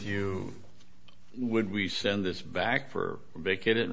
you would we send this back for vacated